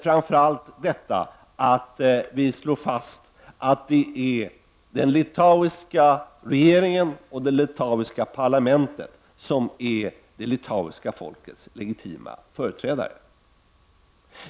Framför allt slår vi fast att det är den litauiska regeringen och det litauiska parlamentet som är det litauiska folkets legitima företrädare.